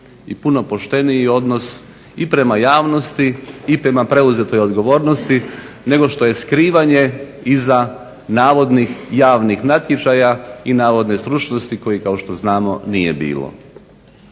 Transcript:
i puno pošteniji odnos i prema javnosti i prema preuzetoj odgovornosti nego što je skrivanje iza navodnih javnih natječaja i navodne stručnosti kojih kao što znamo nije bilo.